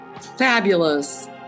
Fabulous